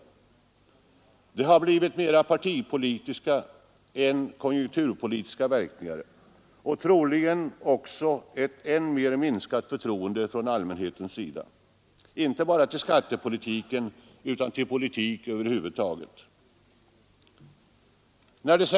Uppgörelsen har fått mera partipolitiska än konjunkturpolitiska verkningar och resulterar troligen också i ett ytterligare minskat förtroende från allmänhetens sida, inte bara för skattepolitiken utan för politik över huvud taget.